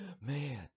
man